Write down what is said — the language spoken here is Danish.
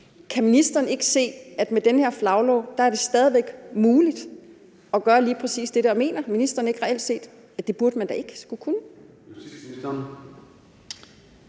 Kan ministeren ikke se, at med den her flaglov er det stadig væk muligt at gøre lige præcis det? Og mener ministeren ikke reelt set, at det burde man da ikke skulle kunne?